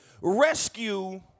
rescue